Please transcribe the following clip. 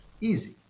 easy